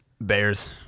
Bears